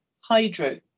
hydro